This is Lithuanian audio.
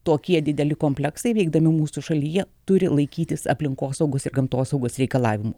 tokie dideli kompleksai veikdami mūsų šalyje turi laikytis aplinkosaugos ir gamtosaugos reikalavimų